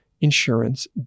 insurance